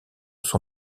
son